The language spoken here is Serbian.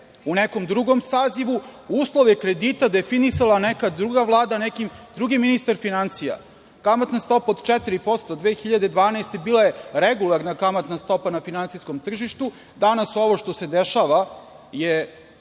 u nekom drugom sazivu. Uslove kredita definisala neka druga vlada, neki drugi ministar finansija. Kamatna stopa od 4% do 2012. bila je regularna kamatna stopa na finansijskom tržištu. Danas ovo što se dešava je